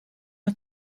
nur